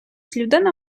людина